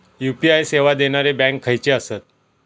UPI सेवा देणारे bank खयचे आसत?